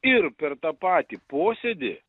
ir per tą patį posėdį